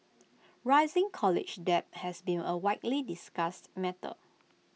rising college debt has been A widely discussed matter